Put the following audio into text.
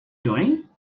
doing